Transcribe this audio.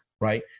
right